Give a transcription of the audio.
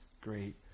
great